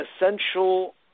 essential